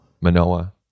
Manoa